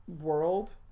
world